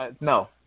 no